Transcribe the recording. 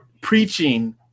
preaching